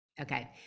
Okay